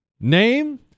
Name